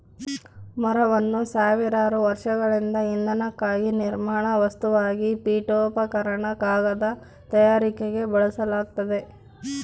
ಮರವನ್ನು ಸಾವಿರಾರು ವರ್ಷಗಳಿಂದ ಇಂಧನಕ್ಕಾಗಿ ನಿರ್ಮಾಣ ವಸ್ತುವಾಗಿ ಪೀಠೋಪಕರಣ ಕಾಗದ ತಯಾರಿಕೆಗೆ ಬಳಸಲಾಗ್ತತೆ